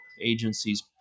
agencies